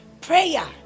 Prayer